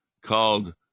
called